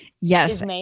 Yes